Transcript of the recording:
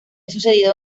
sucedido